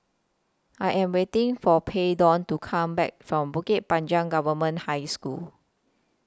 I Am waiting For Payton to Come Back from Bukit Panjang Government High School